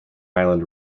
island